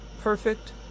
perfect